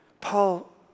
Paul